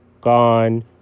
gone